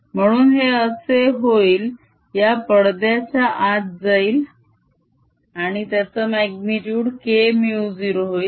म्हणून हे असे होईल या पडद्याच्या आत जाईल आणि त्याचा माग्नितुड Kμ0 होईल